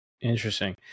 Interesting